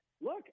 look